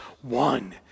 one